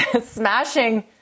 smashing